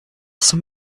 some